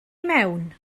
mewn